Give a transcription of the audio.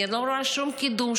אני לא רואה שום קידום,